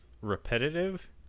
repetitive